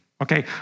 Okay